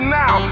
now